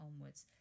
onwards